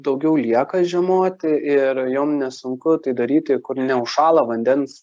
daugiau lieka žiemoti ir jom nesunku tai daryti kur neužšąla vandens